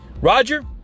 Roger